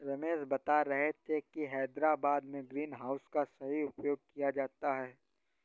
रमेश बता रहे थे कि हैदराबाद में ग्रीन हाउस का सही उपयोग किया जाता है